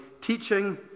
teaching